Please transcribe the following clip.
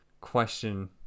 question